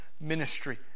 ministry